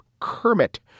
Kermit